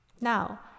Now